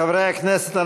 חברי הכנסת,